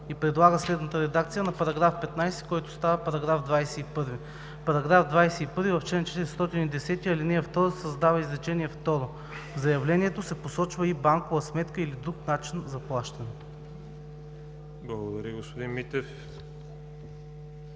Благодаря, господин Попов.